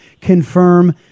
confirm